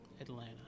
Atlanta